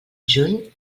juny